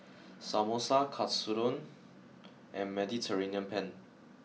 Samosa Katsudon and Mediterranean Penne